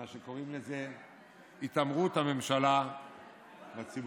למה שקוראים התעמרות הממשלה בציבור.